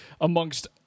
amongst